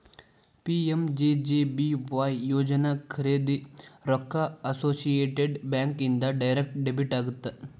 PMJJBY ಯೋಜನಾ ಖರೇದಿ ರೊಕ್ಕ ಅಸೋಸಿಯೇಟೆಡ್ ಬ್ಯಾಂಕ್ ಇಂದ ಡೈರೆಕ್ಟ್ ಡೆಬಿಟ್ ಆಗತ್ತ